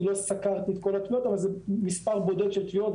אני לא סקרתי את כל התביעות אבל זה מספר בודד של תביעות.